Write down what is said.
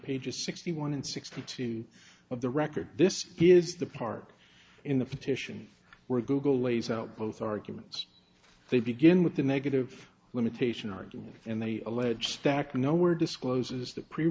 pages sixty one and sixty two of the record this is the park in the petition were google lays out both arguments they begin with the negative limitation argument and they allege stack nowhere discloses the pre